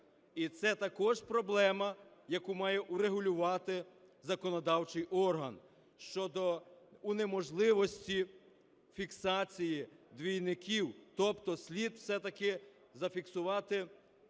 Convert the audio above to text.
І це також проблема, яку має врегулювати законодавчий орган: щодо унеможливлення фіксації двійників. Тобто слід все-таки зафіксувати номери